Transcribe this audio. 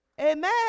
Amen